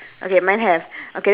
table right yours